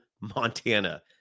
Montana